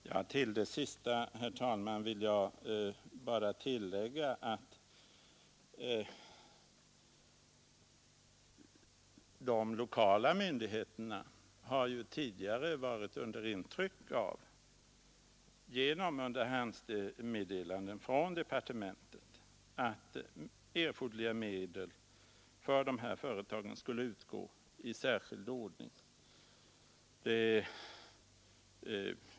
Herr talman! Till det senaste vill jag bara tillägga att de lokala myndigheterna tidigare genom underhandsmeddelanden från departementet har fått intrycket att erforderliga medel för de h är företagen skulle utgå i särskild ordning.